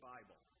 Bible